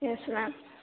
yes ma'am